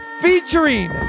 featuring